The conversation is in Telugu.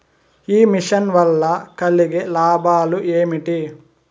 ఈ మిషన్ వల్ల కలిగే లాభాలు ఏమిటి?